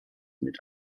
mit